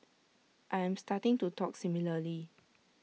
I am starting to talk similarly